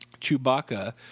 Chewbacca